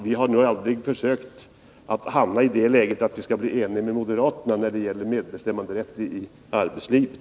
Vi har aldrigt räknat med att kunna bli eniga med moderaterna när det gäller medbestämmanderätt i arbetslivet.